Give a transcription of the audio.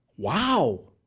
wow